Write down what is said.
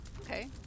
Okay